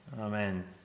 Amen